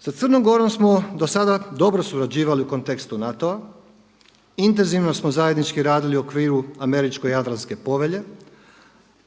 Sa Crnom Gorom smo do sada dobro surađivali u kontekstu NATO-a, intenzivno smo zajednički radili u okviru američko-jadranske povelje,